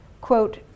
Quote